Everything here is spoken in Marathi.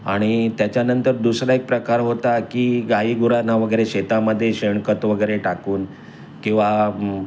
आणि त्याच्यानंतर दुसरा एक प्रकार होता की गाई गुरांना वगैरे शेतामध्ये शेणखत वगैरे टाकून किंवा